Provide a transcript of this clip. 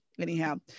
anyhow